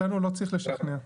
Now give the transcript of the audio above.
אותנו לא צריך לשכנע.